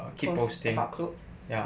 post about clothes